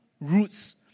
roots